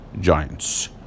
giants